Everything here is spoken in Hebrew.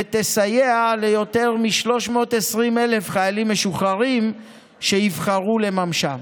והיא תסייע ליותר מ-320,000 חיילים משוחררים שיבחרו לממשם.